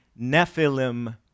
Nephilim